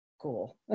cool